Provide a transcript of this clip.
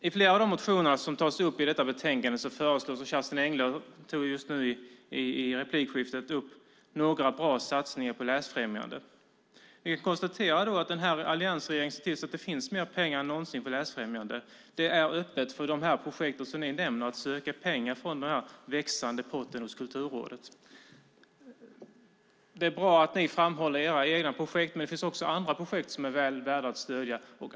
I flera av de motioner som tas upp i detta betänkande föreslås bra satsningar på läsfrämjande. Kerstin Engle tog just i replikskiftet upp några av dem. Vi konstaterar då att alliansregeringen ser till att det finns mer pengar än någonsin för läsfrämjande. Det är öppet för de projekt som ni nämner att söka pengar från den växande potten hos Kulturrådet. Det är bra att ni framhåller era egna projekt, men det finns också andra projekt som är väl värda att stödja.